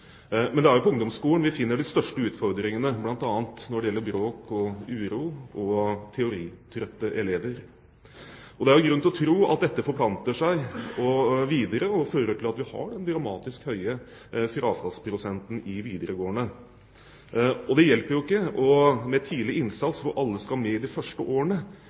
Men det er jo på ungdomsskolen vi finner de største utfordringene, bl.a. når det gjelder bråk og uro og teoritrette elever. Det er grunn til å tro at dette forplanter seg videre og fører til at vi har den dramatisk høye frafallsprosenten i videregående. Det hjelper jo ikke med tidlig innsats og at «alle skal med» i de første årene